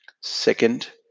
Second